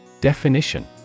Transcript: Definition